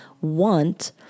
want